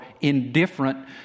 indifferent